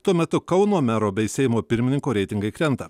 tuo metu kauno mero bei seimo pirmininko reitingai krenta